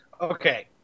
Okay